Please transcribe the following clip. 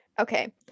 Okay